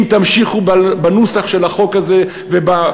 אם תמשיכו בנוסח של החוק הזה ובסנקציות